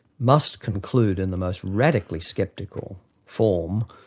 must conclude in the most radically sceptical form,